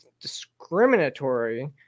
discriminatory